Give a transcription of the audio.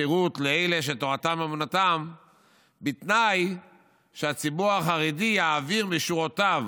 שירות לאלה שתורנותם אומנותם בתנאי שהציבור החרדי יעביר לשורותיו,